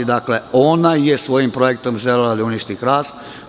Ona je svojim projektom želela da uništi hrast.